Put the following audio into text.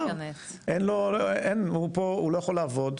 אין לו, אין, הוא לא יכול לעבוד,